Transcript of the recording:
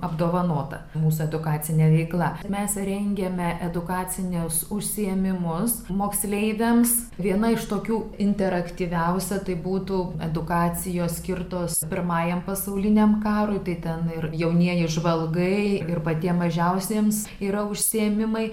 apdovanota mūsų edukacinė veikla mes rengiame edukacinius užsiėmimus moksleiviams viena iš tokių interaktyviausia tai būtų edukacijos skirtos pirmajam pasauliniam karui tai ten ir jaunieji žvalgai ir patiem mažiausiems yra užsiėmimai